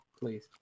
Please